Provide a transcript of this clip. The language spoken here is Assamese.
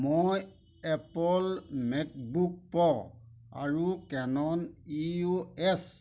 মই এপল মেকবুক প্ৰ আৰু কেনন ই অ' এছ